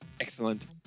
Excellent